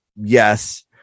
yes